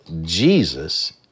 Jesus